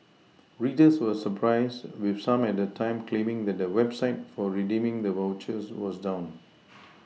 readers were surprised with some at the time claiming that the website for redeeming the vouchers was down